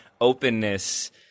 openness